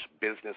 business